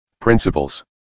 Principles